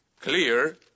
clear